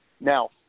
Now